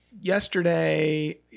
Yesterday